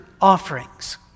offerings